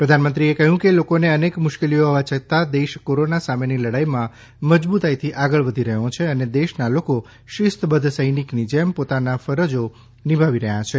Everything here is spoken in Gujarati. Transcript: પ્રધાનમંત્રીએ કહ્યું કે લોકોને અનેક મુશ્કેલીઓ હોવા છતાં દેશ કોરોના સામેની લડાઇમાં મજબૂતાઇથી આગળ વધી રહ્યો છે અને દેશના લોકો શીસ્તબદ્ધ સૈનિકની જેમ પોતાની ફરજો નીભાવી રહ્યા છે